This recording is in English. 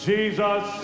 Jesus